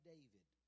David